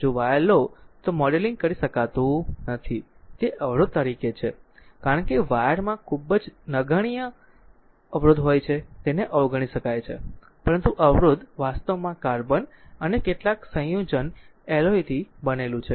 જો વાયર લો તો મોડેલિંગ કરી શકાતું નથી તે અવરોધ તરીકે છે કારણ કે વાયરમાં ખૂબ જ નગણ્ય અવરોધ હોય છે તેને અવગણી શકાય છે પરંતુ અવરોધ વાસ્તવમાં કાર્બન અને કેટલાક સંયોજન એલોયથી બનેલું છે